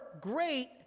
great